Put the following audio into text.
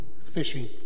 fishing